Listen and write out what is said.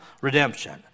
redemption